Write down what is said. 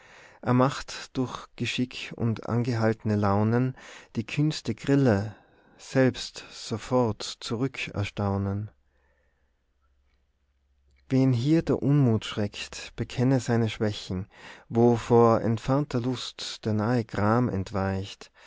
er macht durch geschick und angehaltne launen die kühnste grille selbst sofort zurück erstaunen wen hier der unmut schreckt bekenne seine schwächen wo vor entfernter lust der nahe gram entweicht